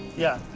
yeah,